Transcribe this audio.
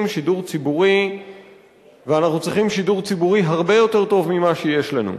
שידור ציבורי ואנחנו צריכים שידור ציבורי הרבה יותר טוב ממה שיש לנו.